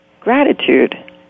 gratitude